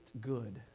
good